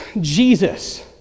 Jesus